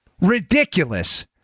ridiculous